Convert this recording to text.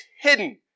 hidden